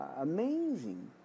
amazing